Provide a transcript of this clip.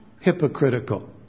hypocritical